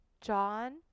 John